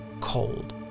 cold